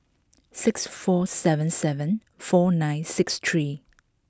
six four seven seven four nine six three